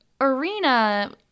Arena